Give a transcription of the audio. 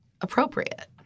appropriate